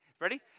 Ready